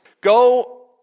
Go